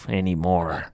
anymore